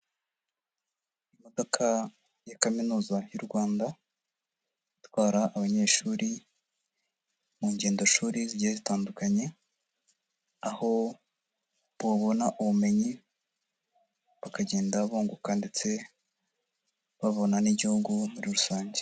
Imodoka ya kaminuza y'u Rwanda, itwara abanyeshuri mu ngendoshuri zigiye zitandukanye, aho babona ubumenyi, bakagenda bunguka ndetse babona n'igihugu muri rusange.